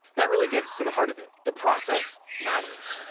that really gets to the heart of it. the process matters,